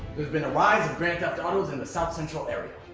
there's been a rise of grand theft autos in the south central area.